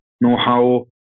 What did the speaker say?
know-how